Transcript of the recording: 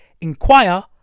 inquire